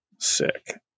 Sick